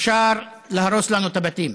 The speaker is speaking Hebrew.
אפשר להרוס לנו את הבתים,